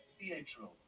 Pietro